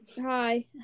hi